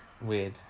weird